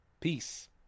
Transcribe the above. Peace